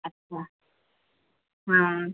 अच्छा हाँ